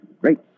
Great